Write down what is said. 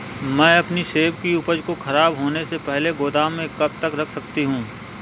मैं अपनी सेब की उपज को ख़राब होने से पहले गोदाम में कब तक रख सकती हूँ?